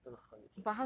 真的很有钱